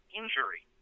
injury